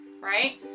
right